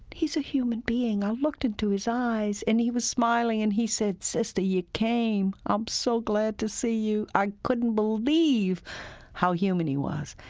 he's a human being! i looked into his eyes, and he was smiling. and he said, sister, you came. i'm so glad to see you i couldn't believe how human he was.